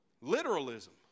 literalism